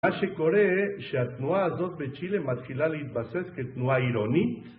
מה שקורה זה שהתנועה הזאת בצ'ילה מתחילה להתבסס כתנועה עירונית